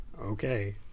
Okay